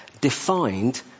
defined